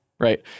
Right